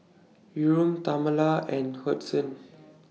Yurem Tamala and Hudson